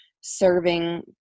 serving